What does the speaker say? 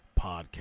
Podcast